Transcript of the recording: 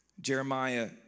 Jeremiah